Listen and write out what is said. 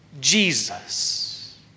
Jesus